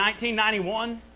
1991